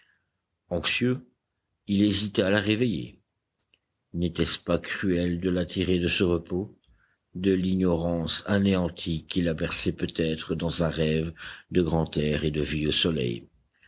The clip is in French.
anxieux il hésitait à la réveiller n'était-ce pas cruel de la tirer de ce repos de l'ignorance anéantie qui la berçait peut-être dans un rêve de grand air et de vie au soleil